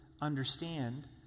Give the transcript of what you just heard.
understand